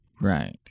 Right